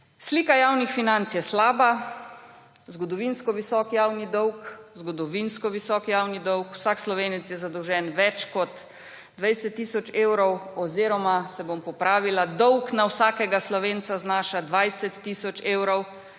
Slika javnih financ je slaba. Zgodovinsko visok javni dolg. Zgodovinsko visok javni dolg, vsak Slovenec je zadolžen za več kot 20 tisoč evrov oziroma, se bom popravila, dolg na vsakega Slovenca znaša 20 tisoč evrov.